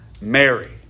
Mary